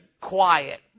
quiet